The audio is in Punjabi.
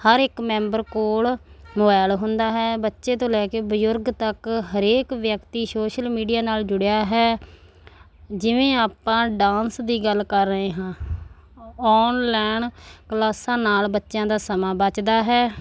ਹਰ ਇੱਕ ਮੈਂਬਰ ਕੋਲ ਮੋਬਾਈਲ ਹੁੰਦਾ ਹੈ ਬੱਚੇ ਤੋਂ ਲੈ ਕੇ ਬਜ਼ੁਰਗ ਤੱਕ ਹਰੇਕ ਵਿਅਕਤੀ ਸ਼ੋਸ਼ਲ ਮੀਡੀਆ ਨਾਲ ਜੁੜਿਆ ਹੈ ਜਿਵੇਂ ਆਪਾਂ ਡਾਂਸ ਦੀ ਗੱਲ ਕਰ ਰਹੇ ਹਾਂ ਓਨਲਾਈਨ ਕਲਾਸਾਂ ਨਾਲ ਬੱਚਿਆਂ ਦਾ ਸਮਾਂ ਬਚਦਾ ਹੈ